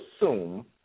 assume